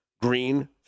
Green